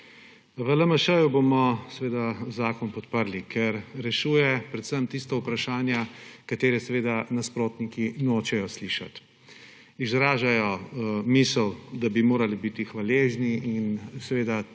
V LMŠ bomo seveda zakon podprli, ker rešuje predvsem tista vprašanja, ki jih nasprotniki nočejo slišati. Izražajo misel, da bi morali biti hvaležni, in